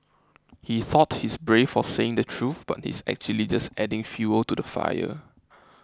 he thought he's brave for saying the truth but he's actually just adding fuel to the fire